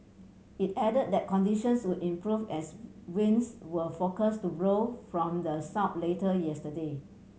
it added that conditions would improve as winds were forecast to blow from the south later yesterday